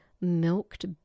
milked